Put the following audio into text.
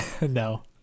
No